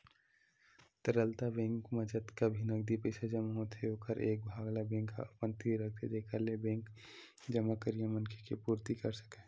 तरलता बेंक म जतका भी नगदी पइसा जमा होथे ओखर एक भाग ल बेंक ह अपन तीर रखथे जेखर ले बेंक जमा करइया मनखे के पुरती कर सकय